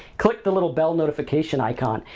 click the little bell notification icon,